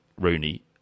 Rooney